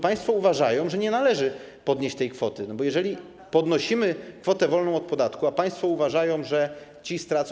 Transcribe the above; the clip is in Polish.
Państwo uważają, że nie należy podnieść tej kwoty, bo jeżeli podnosimy kwotę wolną od podatku, państwo uważają, że stracą.